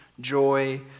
joy